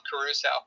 Caruso